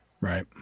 Right